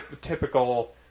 typical